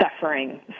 suffering